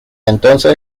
entonces